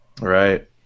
Right